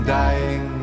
dying